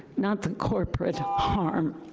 not the corporate harm.